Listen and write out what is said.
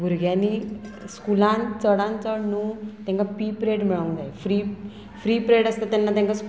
भुरग्यांनी स्कुलान चडान चड न्हू तांकां पी ई पिरयड मेळोंक जाय फ्री फ्री पिरियड आसता तेन्ना तांकां